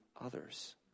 others